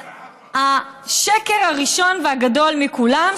השקר הראשון והגדול מכולם,